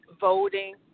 voting